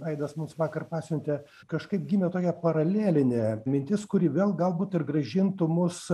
aidas mums vakar pasiuntė kažkaip gimė tokia paralelinė atmintis kuri vėl galbūt ir grąžintų mus